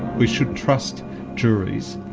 we should trust juries,